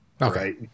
Okay